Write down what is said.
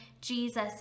Jesus